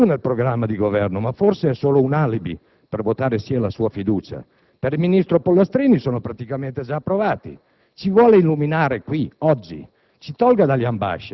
Per il senatore Andreotti non sono più nel programma di Governo, ma forse è solo un alibi per votare sì alla sua fiducia. Per il ministro Pollastrini sono praticamente già approvati.